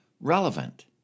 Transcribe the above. relevant